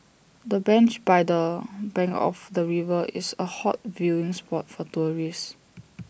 the bench by the bank of the river is A hot viewing spot for tourists